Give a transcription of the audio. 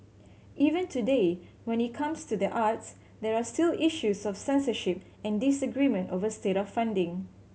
even today when it comes to the arts there are still issues of censorship and disagreement over state funding